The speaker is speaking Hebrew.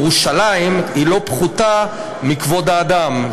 ירושלים היא לא פחותה מכבוד האדם.